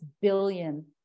billion